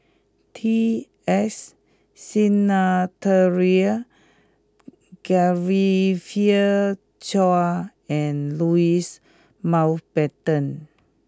T S Sinnathuray Genevieve Chua and Louis Mountbatten